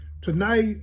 Tonight